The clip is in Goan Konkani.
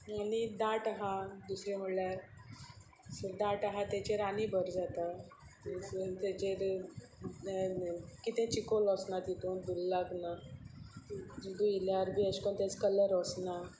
आनी दाट आसा दुसरें म्हणल्यार सो दाट आसा तेचेर आनी भर जाता तेचेर कितें चिकोल वचना तितून धुयल्यार बी अशें करून तेंच कलर वचना